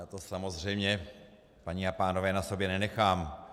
Já to samozřejmě, paní a pánové, na sobě nenechám.